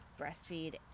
breastfeed